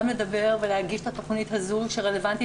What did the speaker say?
גם לדבר ולהגיש את התכנית הזו שרלוונטית